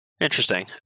Interesting